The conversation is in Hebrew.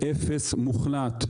אפס מוחלט,